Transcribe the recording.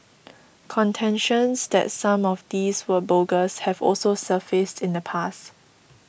contentions that some of these were bogus have also surfaced in the past